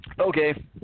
okay